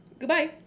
goodbye